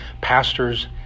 pastors